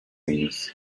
things